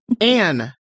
Anne